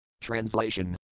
Translation